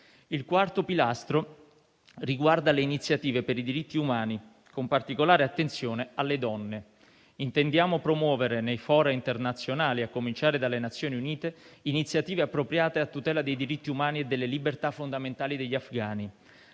Il quarto pilastro riguarda le iniziative per i diritti umani, con particolare attenzione alle donne. Intendiamo promuovere nei *fora* internazionali, a cominciare dalle Nazioni Unite, iniziative appropriate a tutela dei diritti umani e delle libertà fondamentali degli afghani.